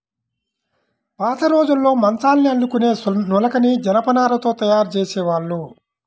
పాతరోజుల్లో మంచాల్ని అల్లుకునే నులకని జనపనారతో తయ్యారు జేసేవాళ్ళు